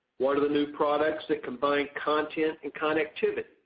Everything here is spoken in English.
sort of the new products that combine content and connectivity,